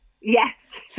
yes